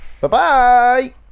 Bye-bye